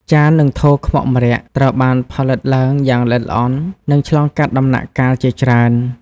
ចាន និងថូខ្មុកម្រ័ក្សណ៍ ត្រូវបានផលិតឡើងយ៉ាងល្អិតល្អន់ និងឆ្លងកាត់ដំណាក់កាលជាច្រើន។